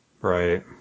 Right